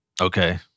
Okay